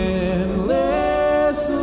endless